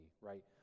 right